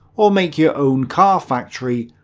or make your own car factory,